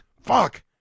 Fuck